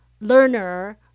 learner